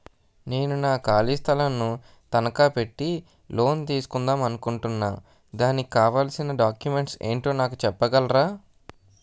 నేను నా ఖాళీ స్థలం ను తనకా పెట్టి లోన్ తీసుకుందాం అనుకుంటున్నా దానికి కావాల్సిన డాక్యుమెంట్స్ ఏంటో నాకు చెప్పగలరా?